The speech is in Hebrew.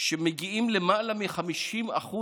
שמגיעים ללמעלה מ-50%